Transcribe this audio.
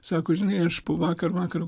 sako žinai aš po vakar vakaro